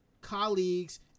colleagues